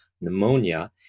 pneumonia